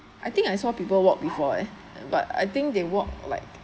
I think I saw people walk before eh but I think they walk like